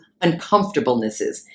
uncomfortablenesses